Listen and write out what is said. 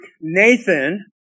Nathan